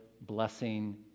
blessing